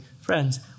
Friends